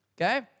okay